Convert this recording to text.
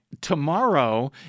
tomorrow